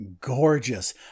gorgeous